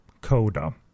coda